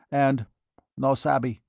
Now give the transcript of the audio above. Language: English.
and no sabby,